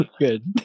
Good